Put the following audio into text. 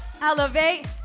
Elevate